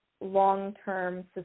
long-term